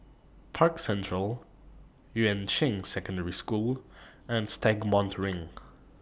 Park Central Yuan Ching Secondary School and Stagmont Ring